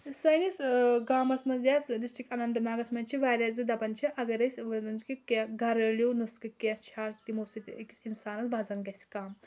سٲنِس گامَس منٛز یَس ڈِسٹرکٹ اَننت ناگس منٛز چھِ واریاہ زٕ دَپان چھِ اَگر أسۍ کیٚنہہ تہِ گریلوٗ نُسخہٕ کیٚنہہ چھا تِمو سۭتۍ أکِس اِنسانَس وَزَن گژھِ کَم